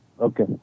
Okay